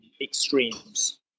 extremes